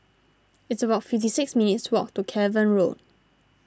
it's about fifty six minutes' walk to Cavan Road